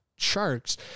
sharks